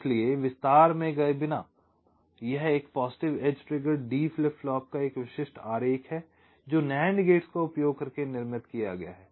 इसलिए विस्तार में गए बिना यह एक positive edge triggered D flip flop का एक विशिष्ट आरेख है जो NAND गेट्स का उपयोग करके निर्मित किया गया है